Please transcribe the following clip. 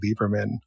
Lieberman